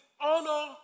honor